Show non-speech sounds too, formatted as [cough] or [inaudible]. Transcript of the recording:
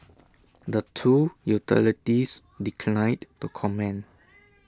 the two utilities declined to comment [noise]